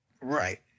Right